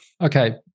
Okay